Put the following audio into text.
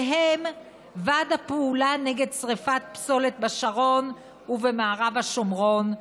שהם ועד הפעולה נגד שרפת פסולת בשרון ובמערב השומרון,